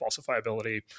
falsifiability